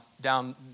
down